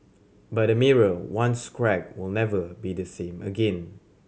but a mirror once cracked will never be the same again